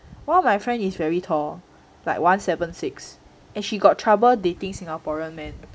one of my friend is very tall like one seven six and she got trouble dating singaporean man